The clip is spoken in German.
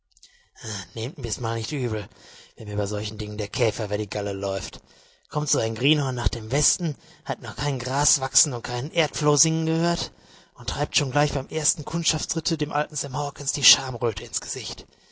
nehmt mir's mal nicht übel wenn mir bei solchen dingen der käfer über die galle läuft kommt so ein greenhorn nach dem westen hat noch kein gras wachsen und keinen erdfloh singen gehört und treibt schon gleich beim ersten kundschafterritte dem alten sam hawkens die schamröte ins gesicht